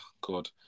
God